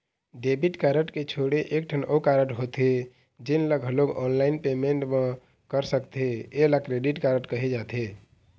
debit card के छोड़े एकठन अउ कारड होथे जेन ल घलोक ऑनलाईन पेमेंट म कर सकथे एला क्रेडिट कारड कहे जाथे